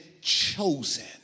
chosen